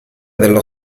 dello